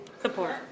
Support